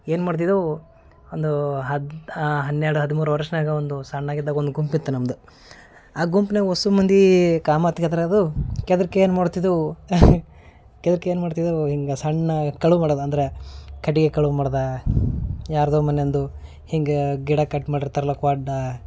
ಏನು ಮಾಡ್ತಿದವು ಒಂದು ಹದ್ ಹನ್ನೆರಡು ಹದಿಮೂರು ವರ್ಷ್ನಾಗ ಒಂದು ಸಣ್ಣಾಗಿದ್ದಾಗ ಒಂದು ಗುಂಪಿತ್ತು ನಮ್ದು ಆ ಗುಂಪ್ನಾಗ ವಸು ಮಂದಿ ಕಾಮ ಹತ್ಗ್ಯದ್ರದು ಕೆದರ್ಕ ಏನು ಮಾಡ್ತಿದ್ವು ಕೆದರ್ಕ ಏನು ಮಾಡ್ತಿದವು ಹಿಂಗೆ ಸಣ್ಣ ಕಳುವ ಮಾಡದು ಅಂದ್ರ ಕಟ್ಗಿ ಕಳುವ ಮಾಡದು ಯಾರ್ದೊ ಮನ್ಯಂದು ಹಿಂಗೆ ಗಿಡ ಕಟ್ ಮಾಡಿರ್ತರಲ್ಲ ಕೊಡ್ಡ